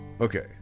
Okay